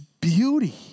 beauty